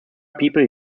people